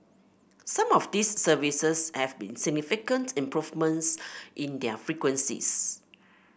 some of these services have seen significant improvements in their frequencies